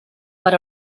per